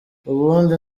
ubundi